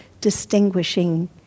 distinguishing